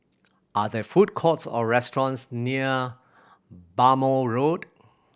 are there food courts or restaurants near Bhamo Road